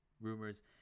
Rumors